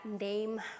name